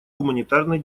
гуманитарной